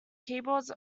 keyboards